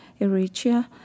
Eritrea